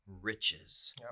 riches